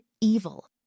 evil